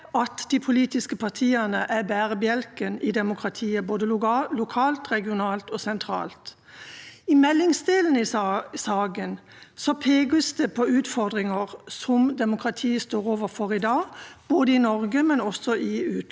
pekes det på utfordringer som demokratiet står overfor i dag, både i Norge og i utlandet. Tillit er beskrevet i mange sammenhenger, og dette er også et nøkkelord i meldingsdelen.